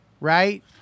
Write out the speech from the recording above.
right